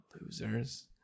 Losers